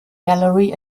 gallery